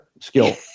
skill